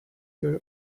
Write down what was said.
your